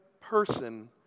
person